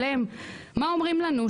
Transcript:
מה אומרים לנו?